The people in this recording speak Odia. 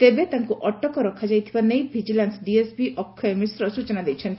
ତେବେ ତାଙ୍କୁ ଅଟକ ରଖାଯିବା ନେଇ ଭିଜିଲାନ୍ ଡିଏସପି ଅକ୍ଷୟ ମିଶ୍ର ସୂଚନା ଦେଇଛନ୍ତି